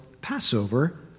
Passover